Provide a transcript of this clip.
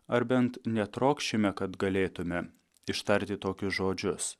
ar bent netrokšime kad galėtume ištarti tokius žodžius